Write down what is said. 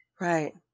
Right